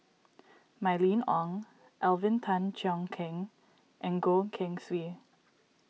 Mylene Ong Alvin Tan Cheong Kheng and Goh Keng Swee